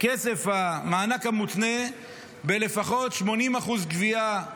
כסף המענק המותנה בלפחות 80% גבייה,